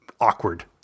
awkward